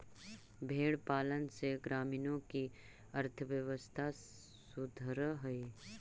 भेंड़ पालन से ग्रामीणों की अर्थव्यवस्था सुधरअ हई